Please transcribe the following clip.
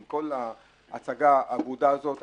עם כל ההצגה האבודה הזאת,